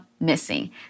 missing